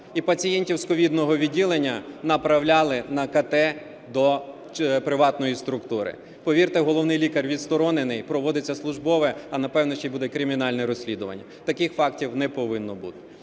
і пацієнтів з ковідного відділення направляли на КТ до приватної структури. Повірте, головний лікар відсторонений, проводиться службове, а напевно, ще буде кримінальне розслідування. Таких фактів не повинно бути.